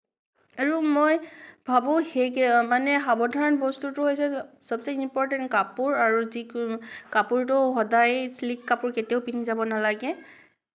আৰু মই ভাবোঁ সেই মানে সাৱধান বস্তু হৈছে সবচে ইম্প'ৰ্টেণ্ট কাপোৰ আৰু কাপোৰটো সদায় শ্লিক কাপোৰ কেতিয়াও পিন্ধি যাব নালাগে